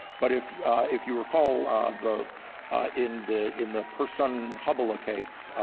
but if if you recall the in the in the personhuballah case,